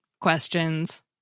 questions